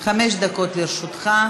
חמש דקות לרשותך.